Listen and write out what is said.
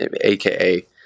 aka